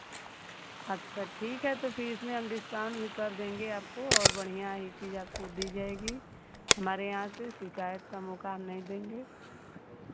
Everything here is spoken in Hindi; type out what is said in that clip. अच्छा ठीक है तो फिर इसमें हम डिस्काउंट भी कर देंगे आपको और बढ़ियाँ ही चीज़ आपको दी जाएगी हमारे यहाँ से शिकायत का मौका हम नहीं देंगे